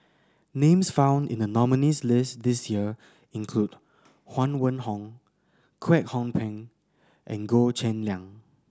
names found in the nominees' list this year include Huang Wenhong Kwek Hong Png and Goh Cheng Liang